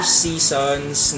seasons